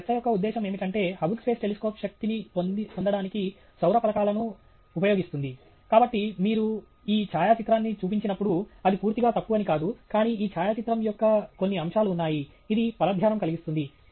మీ చర్చ యొక్క ఉద్దేశ్యం ఏమిటంటే హబుల్ స్పేస్ టెలిస్కోప్ శక్తిని పొందడానికి సౌర ఫలకాలను ఉపయోగిస్తుంది కాబట్టి మీరు ఈ ఛాయాచిత్రాన్ని చూపించినప్పుడు అది పూర్తిగా తప్పు అని కాదు కానీ ఈ ఛాయాచిత్రం యొక్క కొన్ని అంశాలు ఉన్నాయి ఇది పరధ్యానం కలిగిస్తుంది